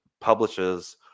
publishes